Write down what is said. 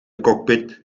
cockpit